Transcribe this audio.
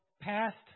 passed